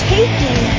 Taking